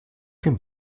dem